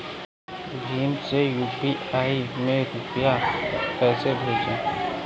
भीम से यू.पी.आई में रूपए कैसे भेजें?